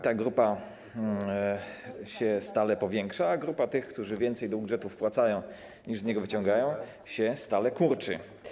Ta grupa się stale powiększa, a grupa tych, którzy więcej do budżetu wpłacają, niż z niego wyciągają, się stale kurczy.